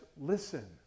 listen